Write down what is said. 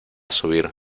subir